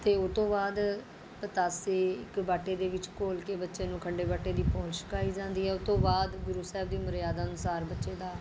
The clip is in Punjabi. ਅਤੇ ਉਹ ਤੋਂ ਬਾਅਦ ਪਤਾਸੇ ਇੱਕ ਬਾਟੇ ਦੇ ਵਿੱਚ ਘੋਲ ਕੇ ਬੱਚੇ ਨੂੰ ਖੰਡੇ ਬਾਟੇ ਦੀ ਪਾਹੁਲ ਛਕਾਈ ਜਾਂਦੀ ਹੈ ਉਹ ਤੋਂ ਬਾਅਦ ਗੁਰੂ ਸਾਹਿਬ ਦੀ ਮਰਿਆਦਾ ਅਨੁਸਾਰ ਬੱਚੇ ਦਾ